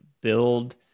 build